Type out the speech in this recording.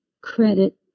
credit